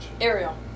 Ariel